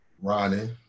Ronnie